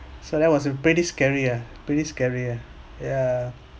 so that was a pretty scary err pretty scary err yeah